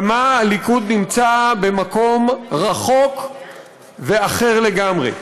כמה הליכוד נמצא במקום רחוק ואחר לגמרי.